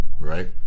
right